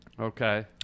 Okay